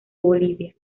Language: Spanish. bolivia